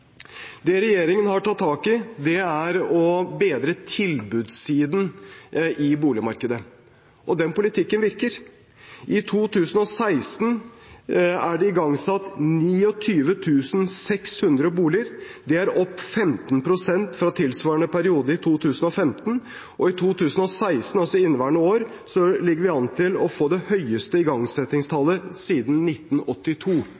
Det regjeringen har tatt tak i, er å bedre tilbudssiden i boligmarkedet. Den politikken virker. I 2016 er det igangsatt 29 600 boliger. Det er opp 15 pst. fra tilsvarende periode i 2015. Og i 2016, altså i inneværende år, ligger vi an til å få det høyeste